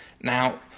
Now